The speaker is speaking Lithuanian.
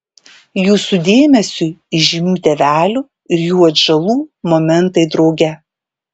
jūsų dėmesiui įžymių tėvelių ir jų atžalų momentai drauge